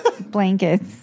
blankets